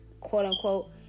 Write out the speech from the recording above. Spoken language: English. quote-unquote